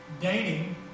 Dating